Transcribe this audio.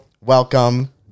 welcome